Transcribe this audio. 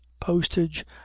postage